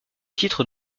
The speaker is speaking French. titre